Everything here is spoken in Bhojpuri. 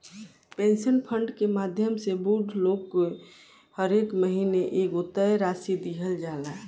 पेंशन फंड के माध्यम से बूढ़ लोग के हरेक महीना एगो तय राशि दीहल जाला